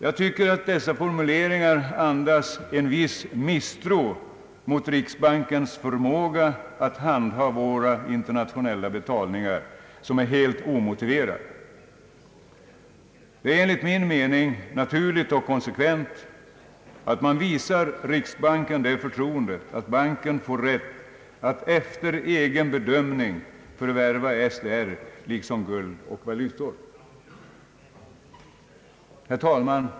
Jag tycker att dessa formuleringar andas en viss misstro mot riksbankens förmåga att handha våra internationella betalningar, som är helt omotiverad. Det är enligt min mening naturligt och konsekvent att man visar riksbanken det förtroendet att banken får rätt att efter egen bedömning förvärva SDR liksom guld och valutor. Herr talman!